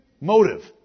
motive